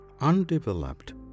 undeveloped